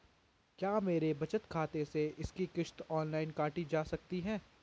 क्या मेरे बचत खाते से इसकी किश्त ऑनलाइन काटी जा सकती है?